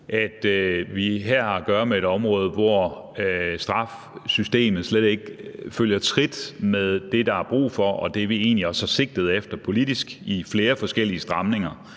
at vi her har at gøre med et område, hvor straffesystemet slet ikke holder trit med det, der er brug for, og det, vi egentlig også har sigtet efter politisk i forhold til flere forskellige stramninger,